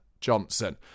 Johnson